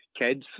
kids